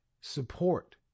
support